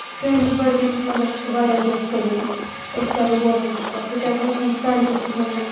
سٲنِس بڈگٲمِس منٛز حظ چھ واریاہ زیادٕ کٔمی أسۍ کرو گورمنٹٕچ کتھ ییٚتہِ ہسا چھنہٕ سڑکہٕ کہیٖنۍ نہٕ